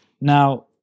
Now